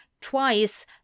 twice